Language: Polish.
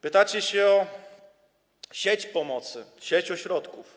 Pytacie się o sieć pomocy, sieć ośrodków.